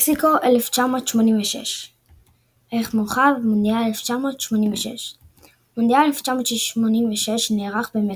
מקסיקו 1986 ערך מורחב – מונדיאל 1986 מונדיאל 1986 נערך במקסיקו.